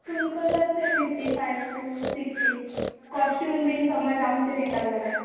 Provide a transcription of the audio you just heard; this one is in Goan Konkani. तुमकां जातले फिफ्टी फाय टू सिक्श्टी कोस्टूय बीन समज आसचे दितात जाल्यार